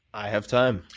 i have time.